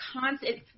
constant –